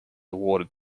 awarded